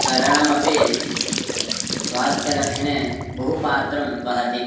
तरणमपि स्वास्थ्यरक्षणे बहु पात्रं वहति